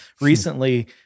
recently